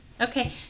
Okay